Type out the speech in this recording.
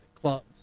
clubs